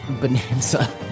Bonanza